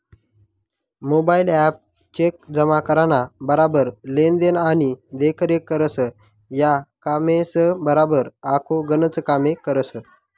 mobile app check जमा कराना बराबर लेन देन आणि देखरेख करस, या कामेसबराबर आखो गनच कामे करस